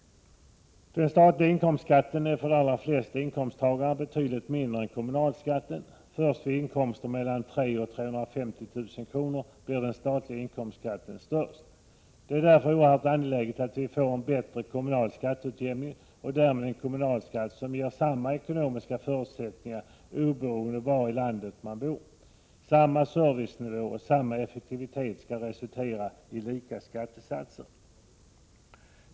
Den statliga inkomstskatten är för de allra flesta inkomsttagarna betydligt mindre än kommunalskatten. Först vid inkomster mellan 300 000 och 350 000 kr. blir den statliga inkomstskatten störst. Det är därför oerhört angeläget att vi får en bättre kommunal skatteutjämning, och därmed en kommunalskatt som ger samma ekonomiska förutsättningar oberoende av var i landet man bor. Samma servicenivå och samma effektivitet skall resultera i lika skattesatser.